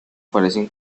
aparecen